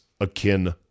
akin